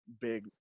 big